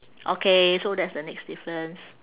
okay so that's the next difference